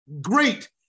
great